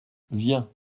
viens